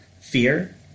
fear